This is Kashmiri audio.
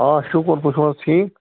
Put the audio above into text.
آ شُکُر تُہۍ چھُو حظ ٹھیٖک